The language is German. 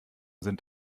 sind